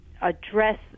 address